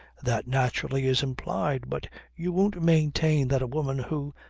that naturally is implied but you won't maintain that a woman who,